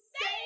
say